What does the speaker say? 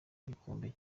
gikombe